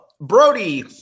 Brody